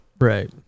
right